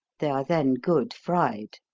they are then good fried.